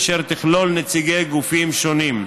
אשר תכלול נציגי גופים שונים.